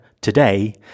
today